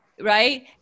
right